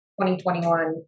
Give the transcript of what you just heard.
2021